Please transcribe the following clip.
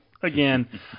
Again